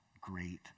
great